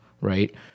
right